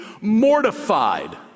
mortified